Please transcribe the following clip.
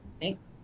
thanks